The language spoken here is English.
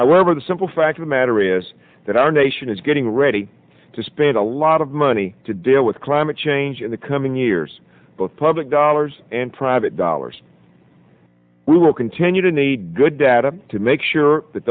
however the simple fact of the matter is that our nation is getting ready to spend a lot of money to deal with climate change in the coming years both public dollars and private dollars we will continue to need good data to make sure that